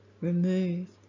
remove